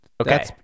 okay